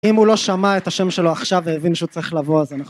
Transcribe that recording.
אם הוא לא שמע את השם שלו עכשיו והבין שהוא צריך לבוא אז אנחנו.